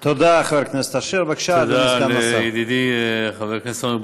תודה, חבר הכנסת אשר.